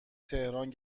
تهران